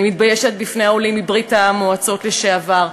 אני מתביישת בפני העולים מברית-המועצות לשעבר,